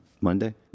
Monday